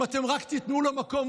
אם אתם רק תיתנו לו מקום,